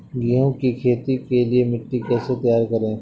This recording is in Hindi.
गेहूँ की खेती के लिए मिट्टी कैसे तैयार करें?